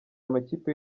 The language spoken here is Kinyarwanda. amakipe